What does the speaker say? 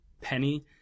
penny